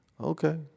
okay